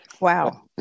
wow